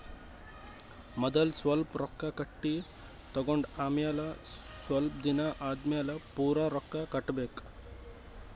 ಮದಲ್ ಸ್ವಲ್ಪ್ ರೊಕ್ಕಾ ಕಟ್ಟಿ ತಗೊಂಡ್ ಆಮ್ಯಾಲ ಸ್ವಲ್ಪ್ ದಿನಾ ಆದಮ್ಯಾಲ್ ಪೂರಾ ರೊಕ್ಕಾ ಕಟ್ಟಬೇಕ್